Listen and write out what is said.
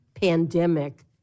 pandemic